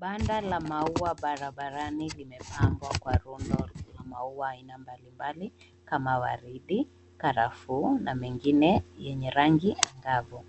Banda la maua barabarani limepambwa kwa rundo la maua aina mbalimbali kama waridi, karafuu na mengine yenye rangi angavu.